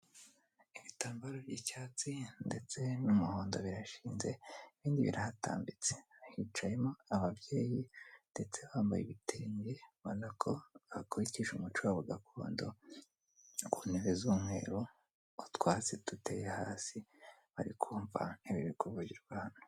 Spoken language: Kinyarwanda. Ibitambaro by'icyatsi ndetse n'umuhondo birashinze, ibindi birahatambitse. Hicayemo ababyeyi ndetse bambaye ibitenge, ubona ko bakurikije umuco wabo gakondo, ku ntebe z'umweru, utwatsi duteye hasi, bari kumva ibiri kuvugirwa hano.